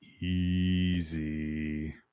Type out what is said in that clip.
easy